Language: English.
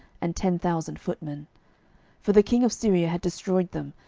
and ten thousand footmen for the king of syria had destroyed them,